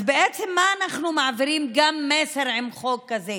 אז בעצם, מה אנחנו מעבירים גם כמסר עם חוק כזה?